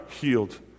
healed